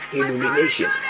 illumination